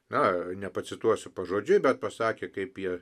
na nepacituosiu pažodžiui bet pasakė kaip jie